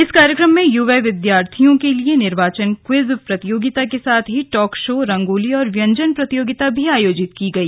इस कार्यक्रम में युवा विद्यार्थियों के लिए निर्वाचन क्विज प्रतियोगिता के साथ ही टॉक शो रंगोली और व्यंजन प्रतियोगिता भी आयोजित की गई